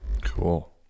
Cool